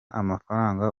amafaranga